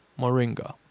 Moringa